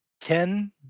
Ten